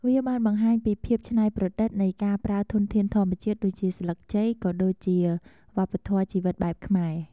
វាបានបង្ហាញពីភាពច្នៃប្រឌិតនៃការប្រើធនធានធម្មជាតិដូចជា ស្លឹកចេក ក៏ដូចជាវប្បធម៌ជីវិតបែបខ្មែរ។